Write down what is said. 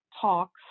talks